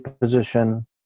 position